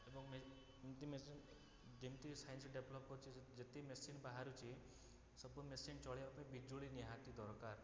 ଏବଂ ମେ ଏମତି ମେସିନ୍ ଯେମତି ସାଇନ୍ସ ଡେଭଲପ୍ କରିଛି ଯେତିକି ମେସିନ୍ ବାହାରୁଛି ସବୁ ମେସିନ୍ ଚଲେଇବା ପାଇଁ ବିଜୁଳି ନିହାତି ଦରକାର